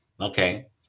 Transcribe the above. Okay